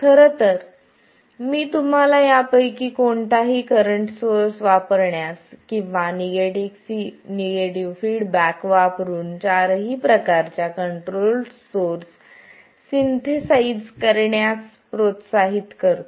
खरं तर मी तुम्हाला यापैकी कोणताही करंट सोर्स वापरण्यास आणि निगेटिव्ह फीडबॅक वापरुन चारही प्रकारच्या कंट्रोल्ड सोर्स सिंथेसाइज करण्यास प्रोत्साहित करतो